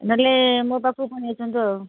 ନହେଲେ ମୋ ପାଖକୁ ନେଇ ଆସନ୍ତୁ ଆଉ